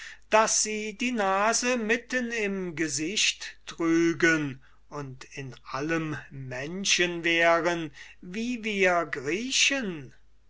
daß sie die nase mitten im gesichte trügen und in allem menschen wären wie wir griechen